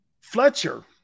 Fletcher